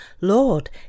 Lord